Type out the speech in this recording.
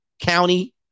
County